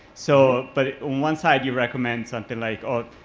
so but one side, you recommend something like, oh,